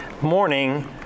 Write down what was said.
morning